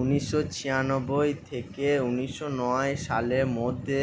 ঊনিশশো ছিয়ানব্বই থেকে ঊনিশশো নয় সালের মধ্যে